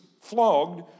flogged